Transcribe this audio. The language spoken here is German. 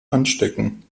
anstecken